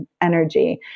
energy